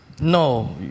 no